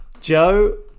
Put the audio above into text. Joe